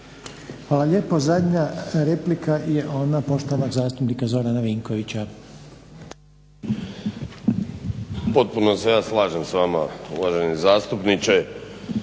Hvala lijepo. Zadnja replika je ona poštovanog zastupnika Zorana Vinkovića. **Vinković, Zoran (HDSSB)** Potpuno se ja slažem sa vama uvaženi zastupniče.